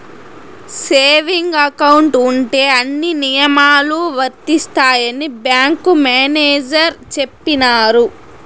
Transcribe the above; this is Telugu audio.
సేవింగ్ అకౌంట్ ఉంటే అన్ని నియమాలు వర్తిస్తాయని బ్యాంకు మేనేజర్ చెప్పినారు